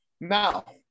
Now